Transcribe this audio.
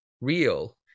real